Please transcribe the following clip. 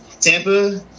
Tampa